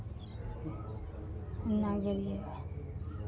हम नहि गेलियै